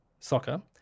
soccer